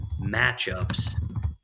matchups